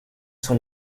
sur